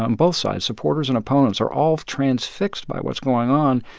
ah and both sides supporters and opponents are all transfixed by what's going on.